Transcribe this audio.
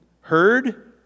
heard